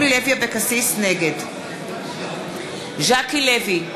נגד ז'קי לוי,